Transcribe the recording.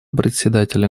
председатели